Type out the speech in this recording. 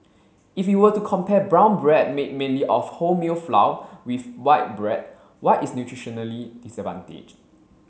if we were to compare brown bread made mainly of wholemeal flour with white bread white is nutritionally disadvantaged